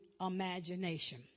imagination